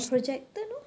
projector lor